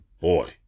boy